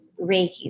Reiki